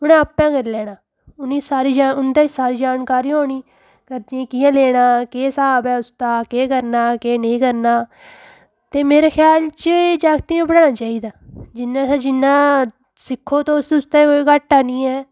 उ'नें आपे गै करी लैना उ'नेंगी सारी जां उं'दे सारी जानकारी होनी कर्जे कि'यां लैने केह् स्हाब ऐ उसदा केह् करना केह् नेईं करना ते मेरे ख्याल च एह् जागतें गी पढ़ाना चाहि्दा जिन्ने शा जिन्ना सिक्खो तुस उसदा कोई घाटा नी ऐ